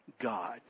God